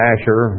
Asher